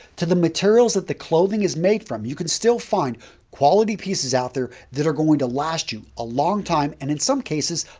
to the materials that the clothing is made from, you can still find quality pieces out there that are going to last you a long time and in some cases,